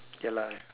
ya lah